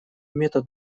метод